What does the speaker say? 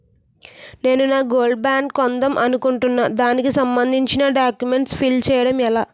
నేను gold bonds కొందాం అనుకుంటున్నా దానికి సంబందించిన డాక్యుమెంట్స్ ఫిల్ చేయడం ఎలా?